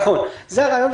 נכון, זה הרעיון.